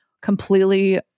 completely